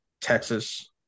Texas